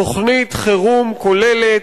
תוכנית חירום כוללת,